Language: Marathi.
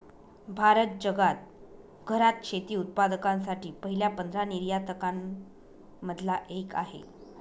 भारत जगात घरात शेती उत्पादकांसाठी पहिल्या पंधरा निर्यातकां न मधला एक आहे